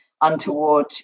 untoward